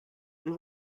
and